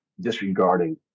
disregarding